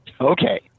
Okay